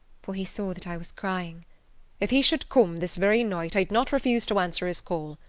for he saw that i was crying if he should come this very night i'd not refuse to answer his call.